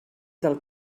del